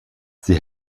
sie